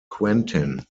quentin